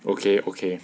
okay okay